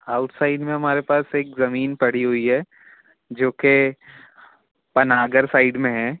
outside में हमारे पास एक ज़मीन पड़ी हुई है जो के पनागर साइड में है